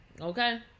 Okay